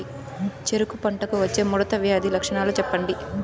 చెరుకు పంటకు వచ్చే ముడత వ్యాధి లక్షణాలు చెప్పండి?